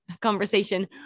conversation